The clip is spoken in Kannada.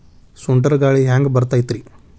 ಸುಂಟರ್ ಗಾಳಿ ಹ್ಯಾಂಗ್ ಬರ್ತೈತ್ರಿ?